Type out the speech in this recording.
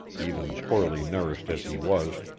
even poorly nourished as he was,